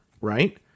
right